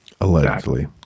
Allegedly